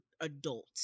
adult